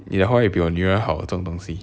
你的华语比我女儿好这种东西